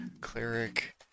Cleric